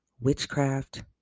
witchcraft